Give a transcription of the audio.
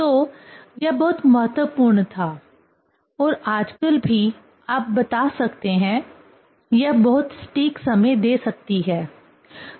तो यह बहुत महत्वपूर्ण था और आजकल भी आप बता सकते हैं यह बहुत सटीक समय दे सकती है